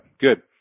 Good